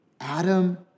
Adam